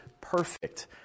perfect